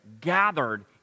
gathered